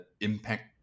impact